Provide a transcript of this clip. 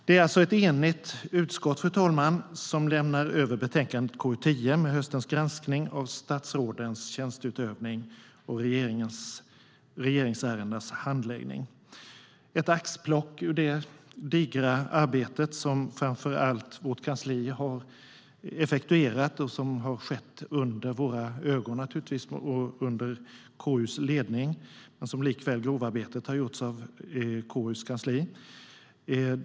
Det är alltså ett enigt utskott, fru talman, som lämnar över betänkandet KU10 med höstens granskning av statsrådens tjänsteutövning och regeringsärendenas handläggning. Jag ska ta ett axplock ur det digra arbete som framför allt vårt kansli har effektuerat. Det har naturligtvis skett under våra ögon och under KU:s ledning, men grovarbetet har likväl gjorts av KU:s kansli.